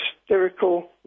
hysterical